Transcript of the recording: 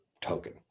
token